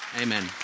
Amen